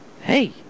Hey